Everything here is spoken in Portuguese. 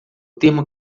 termo